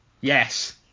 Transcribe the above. yes